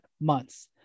months